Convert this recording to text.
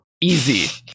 Easy